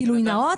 גילוי נאות,